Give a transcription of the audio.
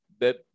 that-